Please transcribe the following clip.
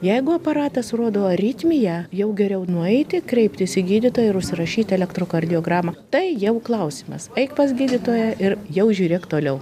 jeigu aparatas rodo aritmiją jau geriau nueiti kreiptis į gydytoją ir užsirašyti elektrokardiogramą tai jau klausimas eik pas gydytoją ir jau žiūrėk toliau